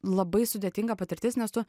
labai sudėtinga patirtis nes tu